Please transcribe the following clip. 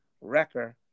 Wrecker